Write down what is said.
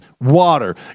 water